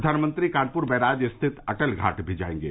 प्रधानमंत्री कानपुर बैराज स्थित अटल घाट भी जायेंगे